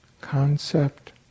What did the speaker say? concept